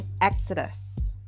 Exodus